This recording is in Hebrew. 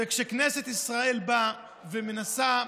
וכשכנסת ישראל באה ומנסה,